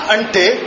Ante